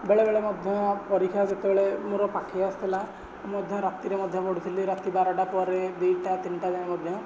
ବେଳେବେଳେ ମଧ୍ୟ ପରୀକ୍ଷା ଯେତେବେଳେ ମୋର ପାଖେଇ ଆସୁଥିଲା ମୁଁ ମଧ୍ୟ ରାତିରେ ମଧ୍ୟ ପଢ଼ୁଥିଲି ରାତି ବାରଟା ପରେ ଦୁଇଟା ତିନିଟା ଯାଏଁ ମଧ୍ୟ